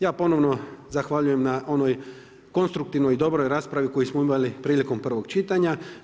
Ja ponovno zahvaljujem na onoj konstruktivnoj i dobroj raspravi koju smo imali prilikom prvog čitanja.